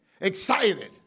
excited